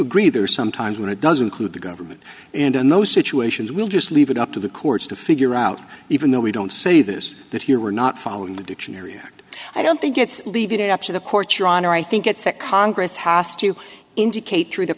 agree there are some times when it does include the government and in those situations we'll just leave it up to the courts to figure out even though we don't say this that here we're not following the dictionary act i don't think it's leaving it up to the court your honor i think it's that congress has to indicate through the